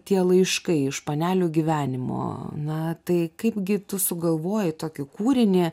tie laiškai iš panelių gyvenimo na tai kaipgi tu sugalvojai tokį kūrinį